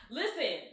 listen